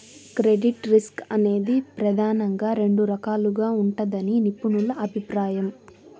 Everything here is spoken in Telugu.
క్రెడిట్ రిస్క్ అనేది ప్రెదానంగా రెండు రకాలుగా ఉంటదని నిపుణుల అభిప్రాయం